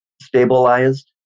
stabilized